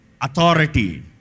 authority